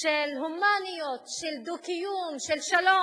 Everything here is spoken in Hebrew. של הומניות, של דו-קיום, של שלום.